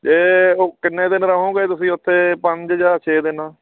ਅਤੇ ਉਹ ਕਿੰਨੇ ਦਿਨ ਰਹੋਂਗੇ ਤੁਸੀਂ ਉੱਥੇ ਪੰਜ ਜਾਂ ਛੇ ਦਿਨ